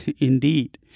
Indeed